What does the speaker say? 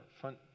front